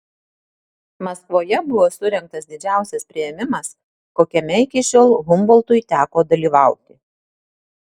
maskvoje buvo surengtas didžiausias priėmimas kokiame iki šiol humboltui teko dalyvauti